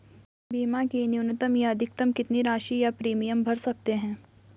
बीमा की न्यूनतम या अधिकतम कितनी राशि या प्रीमियम भर सकते हैं?